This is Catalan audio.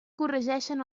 corregeixen